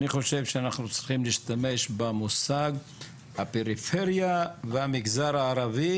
אני חושב שאנחנו צריכים להשתמש במושג 'הפריפריה והמגזר הערבי'